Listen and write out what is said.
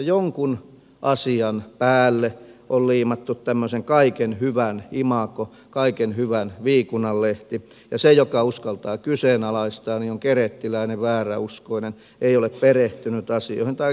jonkun asian päälle on liimattu tämmöisen kaiken hyvän imago kaiken hyvän viikunanlehti ja se joka uskaltaa kyseenalaistaa on kerettiläinen vääräuskoinen ei ole perehtynyt asioihin tai kaikkea muuta